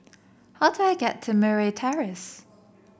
how do I get to Murray Terrace